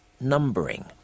numbering